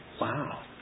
wow